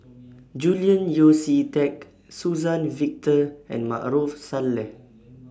Julian Yeo See Teck Suzann Victor and Maarof Salleh